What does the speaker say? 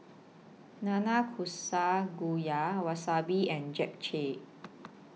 Nanakusa Gayu Wasabi and Japchae